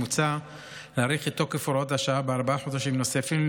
מוצע להאריך את תוקף הוראת השעה בארבעה חודשים נוספים,